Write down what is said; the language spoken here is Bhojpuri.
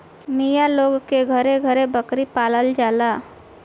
मिया लोग के घरे घरे बकरी पालल जाला